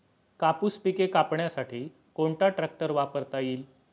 कापूस पिके कापण्यासाठी कोणता ट्रॅक्टर वापरता येईल?